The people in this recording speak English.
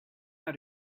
how